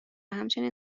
همچنین